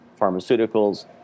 pharmaceuticals